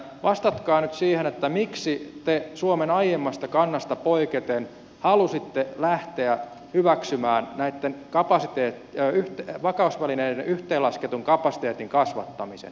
vastatkaa nyt siihen miksi te suomen aiemmasta kannasta poiketen halusitte lähteä hyväksymään näitten vakausvälineiden yhteenlasketun kapasiteetin kasvattamisen